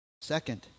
Second